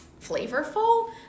flavorful